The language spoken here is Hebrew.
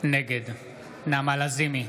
נגד נעמה לזימי,